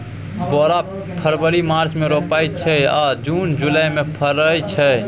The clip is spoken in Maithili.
बोरा फरबरी मार्च मे रोपाइत छै आ जुन जुलाई मे फरय छै